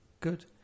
good